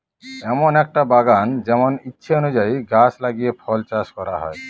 এমন একটা বাগান যেমন ইচ্ছে অনুযায়ী গাছ লাগিয়ে ফল চাষ করা হয়